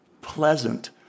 pleasant